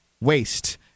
waste